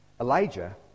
Elijah